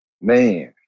Man